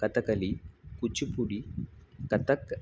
Kathakali Kuchipudi Kathak